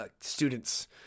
students